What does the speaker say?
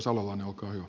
herra puhemies